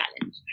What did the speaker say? challenge